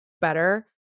better